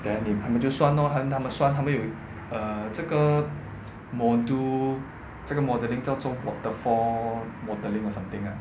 then 你他们就算了他们就算他们有 err 这个 mode~ 这个 modeling 叫做 water fall modeling or something lah